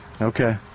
Okay